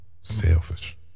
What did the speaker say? selfish